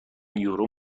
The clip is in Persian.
یورو